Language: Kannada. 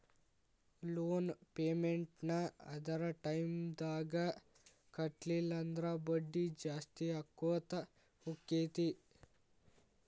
ಲೊನ್ ಪೆಮೆನ್ಟ್ ನ್ನ ಅದರ್ ಟೈಮ್ದಾಗ್ ಕಟ್ಲಿಲ್ಲಂದ್ರ ಬಡ್ಡಿ ಜಾಸ್ತಿಅಕ್ಕೊತ್ ಹೊಕ್ಕೇತಿ